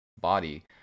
body